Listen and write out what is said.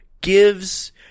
gives